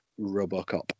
RoboCop